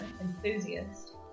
enthusiast